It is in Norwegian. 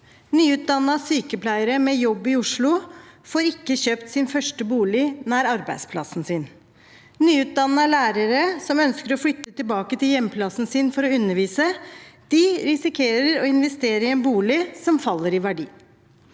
Nyutdannede sykepleiere med jobb i Oslo får ikke kjøpt sin første bolig nær arbeidsplassen sin. Nyutdannede lærere som ønsker å flytte tilbake til hjemplassen sin for å undervise, risikerer å investere i en bolig som faller i verdi.